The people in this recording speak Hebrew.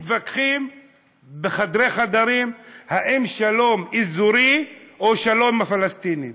מתווכחים בחדרי חדרים אם שלום אזורי או שלום עם הפלסטינים,